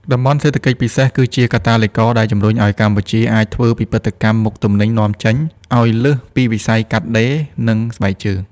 តំបន់សេដ្ឋកិច្ចពិសេស គឺជាកាតាលីករដែលជំរុញឱ្យកម្ពុជាអាចធ្វើពិពិធកម្មមុខទំនិញនាំចេញ ឱ្យលើសពីវិស័យកាត់ដេរ និងស្បែកជើង។